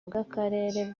bw’akarere